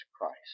Christ